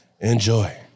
Enjoy